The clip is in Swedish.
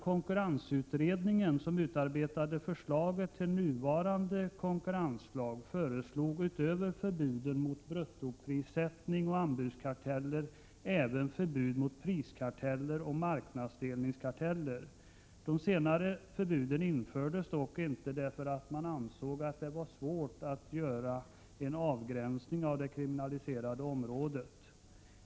konkurrensutredningen, som utarbetade förslaget till nuvarande konkurrenslag, föreslog utöver förbuden mot bruttoprissättning och anbudskarteller även förbud mot priskarteller och marknadsdelningskarteller. De senare förbuden infördes dock inte, eftersom man ansåg att det var svårt att göra en avgränsning av det kriminaliserade området.